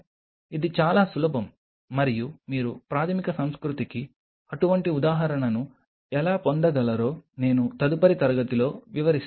ఇది చాలా సులభం మరియు మీరు ప్రాథమిక సంస్కృతికి అటువంటి ఉదాహరణను ఎలా పొందగలరో నేను తదుపరి తరగతిలో వివరిస్తాను